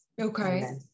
okay